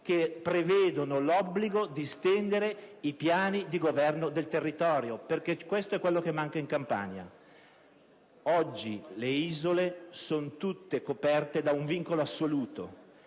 che prevedono l'obbligo di stendere i piani di governo del territorio, perché questo è quello che manca in Campania. Oggi le isole sono tutte coperte da un vincolo assoluto,